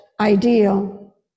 ideal